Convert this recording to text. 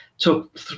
took